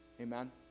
amen